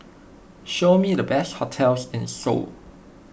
show me the best hotels in Seoul